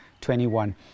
21